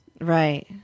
Right